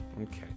Okay